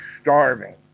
starving